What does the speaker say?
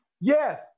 Yes